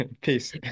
peace